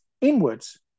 inwards